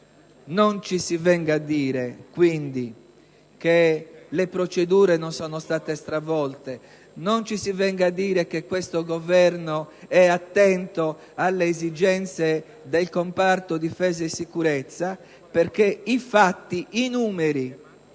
Non ci si venga quindi a dire che le procedure non sono state stravolte; non ci si venga a dire che questo Governo è attento alle esigenze del comparto difesa e sicurezza, perché i fatti, i numeri,